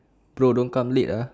bro don't come late ah